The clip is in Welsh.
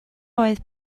oedd